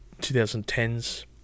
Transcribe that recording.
2010s